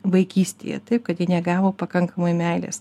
vaikystėje taip kad jie negavo pakankamai meilės